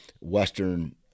Western